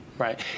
Right